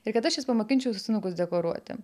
ir kad aš jas pamokinčiau sausainukus dekoruoti